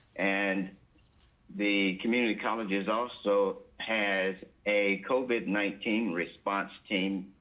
and the community colleges also has a covid nineteen response team,